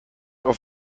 auf